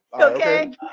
Okay